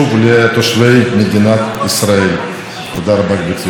זו פעם ראשונה שאני קוראת לך לעלות ולנאום.